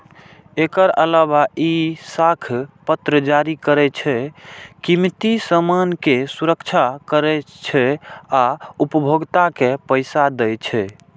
एकर अलावे ई साख पत्र जारी करै छै, कीमती सामान के सुरक्षा करै छै आ उपभोक्ता के पैसा दै छै